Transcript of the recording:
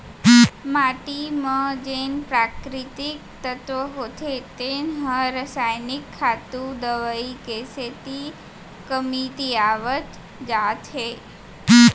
माटी म जेन प्राकृतिक तत्व होथे तेन ह रसायनिक खातू, दवई के सेती कमतियावत जात हे